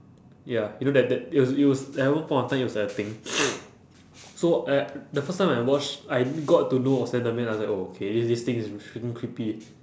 ya you know that that it was it was at one point of time it was like a thing so eh the first time when I watch I got to know of slender man I was like oh K this thing is f~ freaking creepy